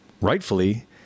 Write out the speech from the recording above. rightfully